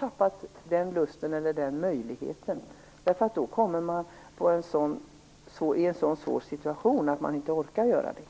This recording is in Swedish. tappar man den lusten eller den möjligheten. Då kommer man i en så svår situation att man inte orkar detta.